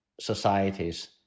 societies